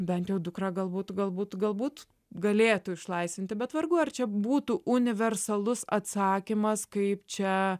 bent jau dukrą galbūt galbūt galbūt galėtų išlaisvinti bet vargu ar čia būtų universalus atsakymas kaip čia